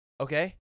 Okay